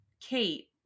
Kate